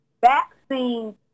vaccines